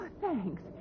thanks